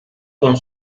con